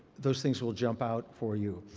those things will jump out for you.